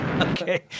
Okay